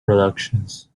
productions